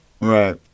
right